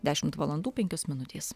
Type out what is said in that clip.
dešimt valandų penkios minutės